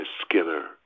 Skinner